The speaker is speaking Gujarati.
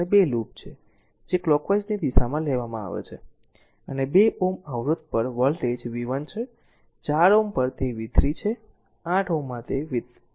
અને 2 લૂપ છે જે કલોકવાઈઝની દિશામાં લેવામાં આવે છે અને 2 Ω અવરોધપર વોલ્ટેજ v 1 છે 4 ઓહ્મ પર તે v 3 છે 8 ઓહ્મમાં તે v 2 છે